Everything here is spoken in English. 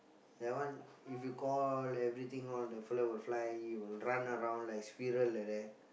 that one if you call everything all the fellow will fly he will run around like squirrel like that